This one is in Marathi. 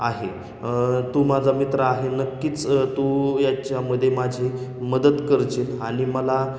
आहे तू माझा मित्र आहे नक्कीच तू याच्यामध्ये माझी मदत करशील आणि मला